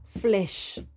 flesh